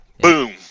Boom